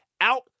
out